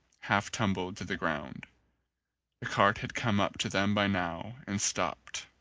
half tumbled to the ground. the cart had come up to them by now and stopped.